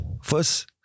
First